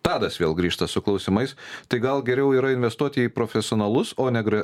tadas vėl grįžta su klausimais tai gal geriau yra investuoti į profesionalus o negra